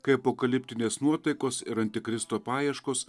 kai apokaliptinės nuotaikos ir antikristo paieškos